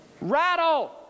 rattle